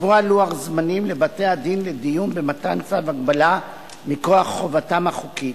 לקבוע לוח זמנים לבתי-הדין לדיון במתן צו הגבלה מכוח חובתם החוקית.